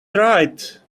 right